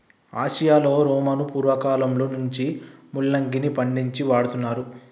ఆసియాలో రోమను పూర్వకాలంలో నుంచే ముల్లంగిని పండించి వాడుతున్నారు